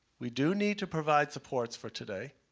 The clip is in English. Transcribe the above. we do need to provide supports for today.